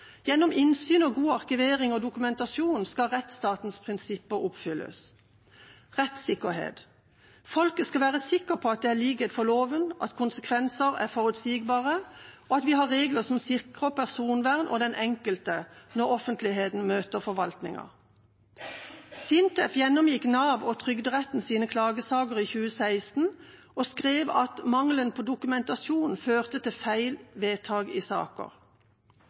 Gjennom innsyn og god arkivering og dokumentasjon skal rettsstatens prinsipper oppfylles. Når det gjelder rettssikkerhet: Folk skal være sikre på at det er likhet for loven, at konsekvenser er forutsigbare, og at vi har regler som sikrer personvern og den enkelte når offentligheten møter forvaltningen. SINTEF gjennomgikk Navs og Trygderettens klagesaker i 2016 og skrev at mangelen på dokumentasjon førte til feil vedtak i